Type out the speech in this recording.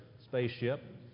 spaceship